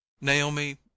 Naomi